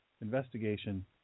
investigation